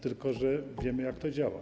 Tylko że wiemy, jak to działa.